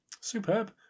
Superb